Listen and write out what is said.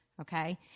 okay